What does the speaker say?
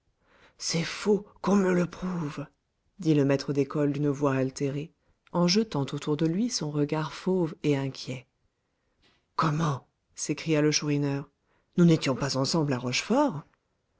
c'est faux qu'on me le prouve dit le maître d'école d'une voix altérée en jetant autour de lui son regard fauve et inquiet comment s'écria le chourineur nous n'étions pas ensemble à rochefort